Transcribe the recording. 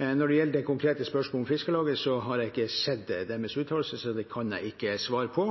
Når det gjelder det konkrete spørsmålet om Fiskarlaget, har jeg ikke sett deres uttalelse, så det kan jeg ikke svare på.